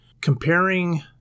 comparing